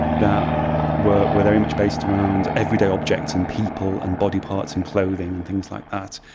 that were were very much based around everyday objects and people and body parts and clothing, and things like that,